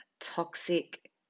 toxic